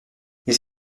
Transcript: les